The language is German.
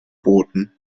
booten